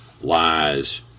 lies